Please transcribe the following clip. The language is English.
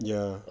ya